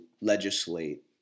legislate